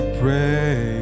pray